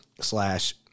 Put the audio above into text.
slash